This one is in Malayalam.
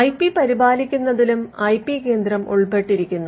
ഐ പി പരിപാലിക്കുന്നതിലും ഐ പി കേന്ദ്രം ഉൾപ്പെട്ടിരിക്കുന്നു